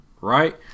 right